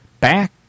back